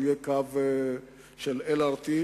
שהוא יהיה קו של LRT,